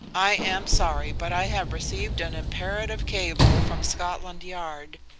i am sorry, but i have received an imperative cable from scotland yard,